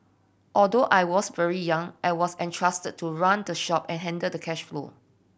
although I was very young I was entrusted to run the shop and handle the cash flow